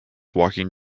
walking